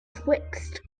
twixt